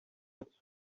its